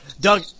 Doug